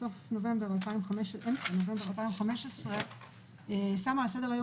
בסוף נובמבר 2015 ושמה על סדר היום